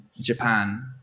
Japan